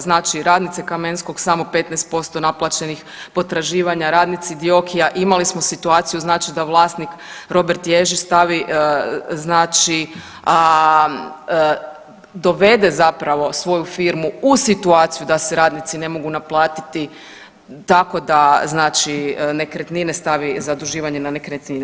Znači radnice Kamenskog samo 15% naplaćenih potraživanja, radnici Diokia imali smo situaciju znači da vlasnik Robert Ježić znači stavi znači dovede zapravo svoju firmu u situaciju da se radnici ne mogu naplatiti tako da znači nekretnine stavi, zaduživanje na nekretnine.